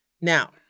Now